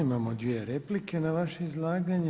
Imamo dvije replike na vaše izlaganje.